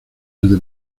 desde